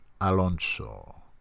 Alonso